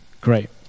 Great